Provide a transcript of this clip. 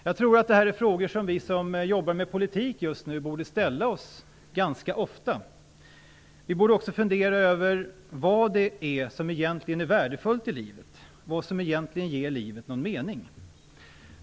Jag tror att det här är frågor som vi som just nu jobbar med politik borde ställa oss ganska ofta. Vi borde också fundera över vad som egentligen är värdefullt i livet, vad som egentligen ger livet någon mening.